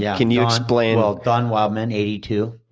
yeah can you explain well, don wildman, eighty two,